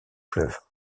fleuve